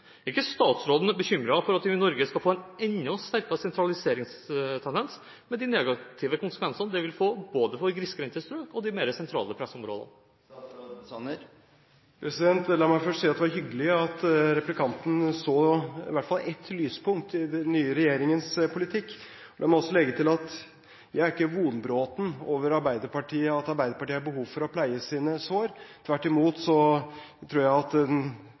Er ikke statsråden bekymret for at vi i Norge skal få en enda sterkere sentraliseringstendens, med de negative konsekvensene det vil få for både grisgrendte strøk og de mer sentrale pressområdene? La meg først si at det var hyggelig at replikanten i hvert fall så ett lyspunkt i den nye regjeringens politikk, men la meg også legge til at jeg er ikke vonbroten over at Arbeiderpartiet har behov for å pleie sine sår. Tvert imot tror jeg at